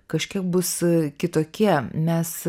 kažkiek bus kitokie mes